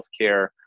healthcare